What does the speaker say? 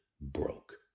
broke